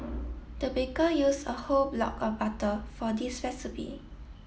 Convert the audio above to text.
the baker use a whole block of butter for this recipe